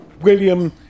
William